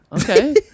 Okay